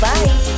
Bye